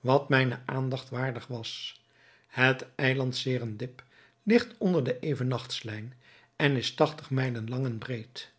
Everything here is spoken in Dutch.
wat mijne aandacht waardig was het eiland serendib ligt onder de evennachtslijn en is tachtig mijlen lang en breed